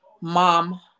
mom